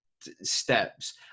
steps